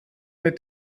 mit